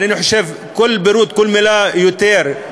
אבל אני חושב שכל מילה מיותרת,